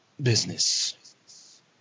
Business